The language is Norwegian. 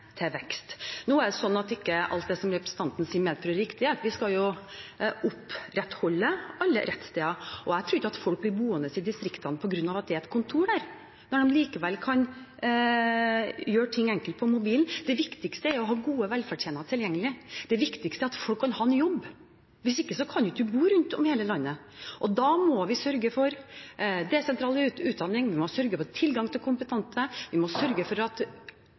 representanten sier, medfører riktighet. Vi skal jo opprettholde alle rettsstedene, og jeg tror ikke folk blir boende i distriktet på grunn av at det er et kontor der, når de likevel kan gjøre ting enkelt på mobilen. Det viktigste er å ha gode velferdstjenester tilgjengelig. Det viktigste er at folk kan ha en jobb. Hvis ikke kan det ikke bo folk rundt om i hele landet. Da må vi sørge for desentralisert utdanning, vi må sørge for tilgang til kompetanse, og vi må sørge for at